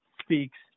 speaks